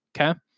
Okay